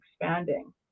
expanding